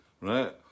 right